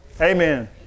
Amen